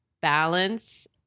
balance